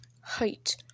Height